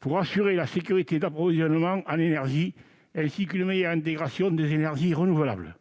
pour assurer la sécurité de l'approvisionnement en énergie, ainsi qu'une meilleure intégration des énergies renouvelables.